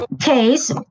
case